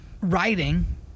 writing